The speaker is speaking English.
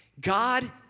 God